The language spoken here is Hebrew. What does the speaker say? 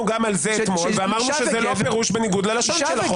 גם על זה אתמול ואמרנו שזה לא פירוש בניגוד ללשון של החוק.